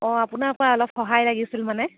অঁ আপোনাৰ পৰা অলপ সহায় লাগিছিল মানে